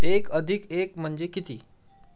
एक अधिक एक म्हणजे किती